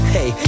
Hey